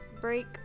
break